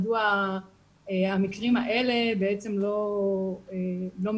מדוע המקרים האלה לא מגיעים